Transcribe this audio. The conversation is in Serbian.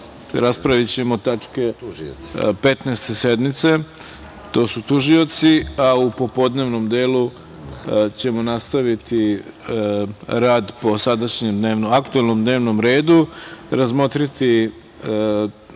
raspravljaćemo tačke Petnaeste sednice, to su tužioci, a u popodnevnom delu ćemo nastaviti rad po sadašnjem aktuelnom dnevnom redu, razmotriti